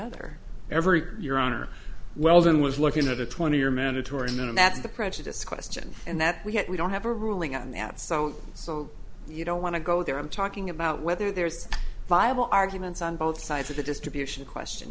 other every your honor weldon was looking at a twenty year mandatory minimum that's the prejudice question and that we have we don't have a ruling on that so so you don't want to go there i'm talking about whether there's viable arguments on both sides of the distribution question